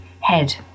head